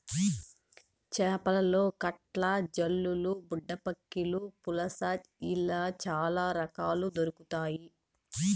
చేపలలో కట్ల, జల్లలు, బుడ్డపక్కిలు, పులస ఇలా చాల రకాలు దొరకుతాయి